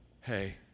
hey